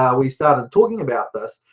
um we started talking about this,